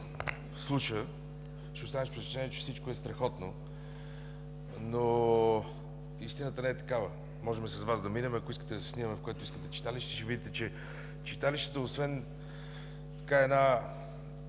вслуша, ще остане с впечатление, че всичко е страхотно, но истината не е такава. Можем с Вас да минем, ако искате да се снимаме, в което искате читалище, ще видите, че читалищата освен едни